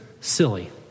silly